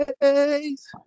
days